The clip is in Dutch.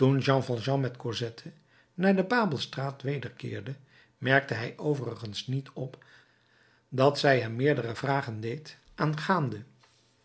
met cosette naar de babelstraat wederkeerde merkte hij overigens niet op dat zij hem meerdere vragen deed aangaande